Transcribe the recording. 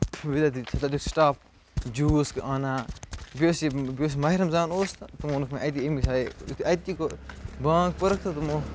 بیٚیہِ تَتہِ اوس سِٹاف جوٗس آنان بیٚیہِ اوس یہِ بیٚیہِ اوس ماہِ رمضان اوس تہٕ تِمو ووٚنُکھ مےٚ اَتی أمے ساتہٕ ہے بانٛگ پٔرٕکھ تہٕ تِمو